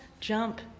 jump